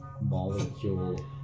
molecule